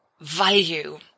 value